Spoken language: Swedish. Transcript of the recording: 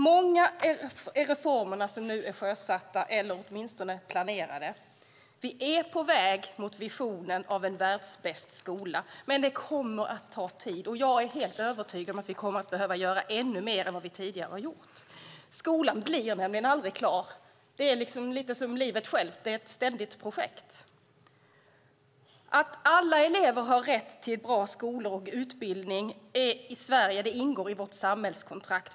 Många är de reformer som är sjösatta eller åtminstone planerade. Vi är på väg mot visionen om en världsbäst skola, men det kommer att ta tid. Jag är helt övertygad om att vi kommer att behöva göra ännu mer än vad vi gjort tidigare. Skolan blir nämligen aldrig klar. Det är lite grann som livet självt, ett ständigt projekt. Att alla elever i Sverige har rätt till en bra skola och utbildning ingår i vårt samhällskontrakt.